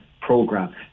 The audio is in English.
program